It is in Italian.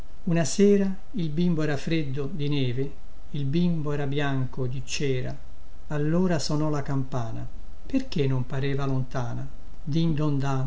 una sera il bimbo era freddo di neve il bimbo era bianco di cera allora sonò la campana